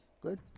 Good